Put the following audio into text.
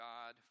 God